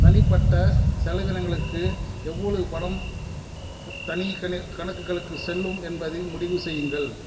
தனிப்பட்ட செலவினங்களுக்கு எவ்வளவு பணம் தனி கெண கணக்குகளுக்கு செல்லும் என்பதை முடிவு செய்யுங்கள்